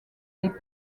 les